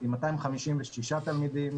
אתן מזהות את הגמישות והאוטונומיה כהזדמנות שצמחה מתוך